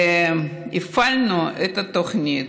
והפעלנו את התוכנית.